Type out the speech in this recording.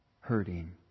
Hurting